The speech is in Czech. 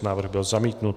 Návrh byl zamítnut.